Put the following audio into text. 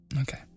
Okay